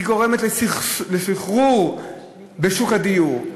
היא גורמת לסחרור בשוק הדיור,